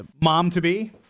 mom-to-be